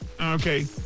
Okay